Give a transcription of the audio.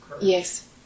Yes